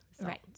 Right